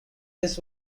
this